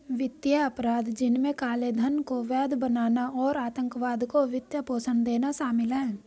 वित्तीय अपराध, जिनमें काले धन को वैध बनाना और आतंकवाद को वित्त पोषण देना शामिल है